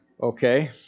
Okay